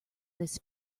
this